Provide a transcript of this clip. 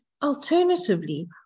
Alternatively